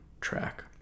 track